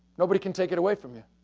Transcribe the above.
nobody can take it away from you.